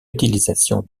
utilisation